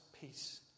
peace